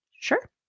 Sure